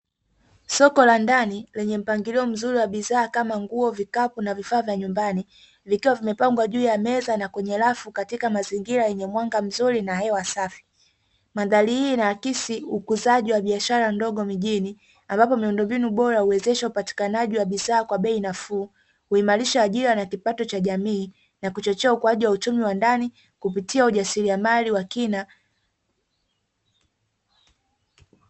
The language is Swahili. Soko la ndani lenye mpangilio mzuri wa bidhaa kama nguo, vikapu na vifaa vya nyumbani vikiwa vimepangwa juu ya meza na kwenye rafu katika mazingira yenye mwanga mzuri na hewa safi. Mandhari hii ina akisi ukuzaji wa biashara ndogo mijini ambapo miundombinu bora uwezesha upatikanaji wa bidhaa kwa bei nafuu, uimarisha ajira na kipato cha jamii na kuchochea ukuaji wa uchumi wa ndani kupitia ujasiriamali wa kina.